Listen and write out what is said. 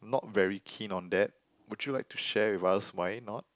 not very keen on that would you like to share with us why not